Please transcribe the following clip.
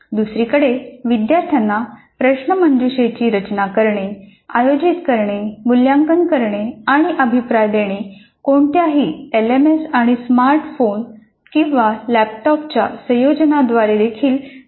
दुसरीकडे विद्यार्थ्यांना प्रश्नमंजुषेची रचना करणे आयोजित करणे मूल्यांकन करणे आणि अभिप्राय देणे कोणत्याही एलएमएस आणि स्मार्ट फोन किंवा लॅपटॉपच्या संयोजनाद्वारे देखील प्रभावीपणे केले जाऊ शकते